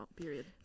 period